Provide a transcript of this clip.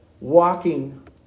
walking